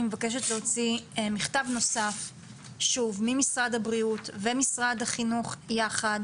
אני מבקשת להוציא מכתב נוסף שוב ממשרד הבריאות ומשרד החינוך יחד